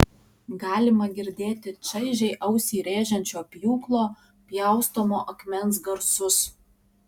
galima girdėti čaižiai ausį rėžiančio pjūklo pjaustomo akmens garsus